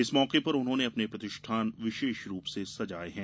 इस मौके पर उन्होंने अपने प्रतिष्ठान विशेष रूप से सजाये हैं